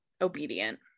obedient